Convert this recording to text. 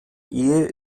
ehe